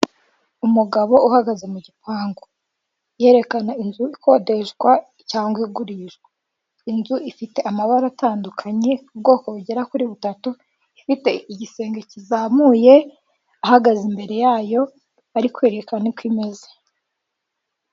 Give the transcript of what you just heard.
Umugabo uhagaze mu gipangu yerekana inzu ikodeshwa cyangwa igurishwa, inzu ifite amabara atandukanye ubwoko bugera kuri butatu, ifite igisenge kizamuye ahagaze imbere yayo ari kwerekana uko imeze.